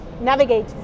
navigate